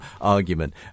argument